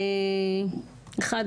אחד,